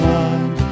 one